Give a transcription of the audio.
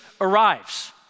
arrives